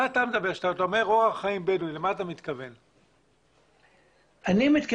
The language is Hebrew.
אני יכול להזכיר את השמות של הרבה יישובים.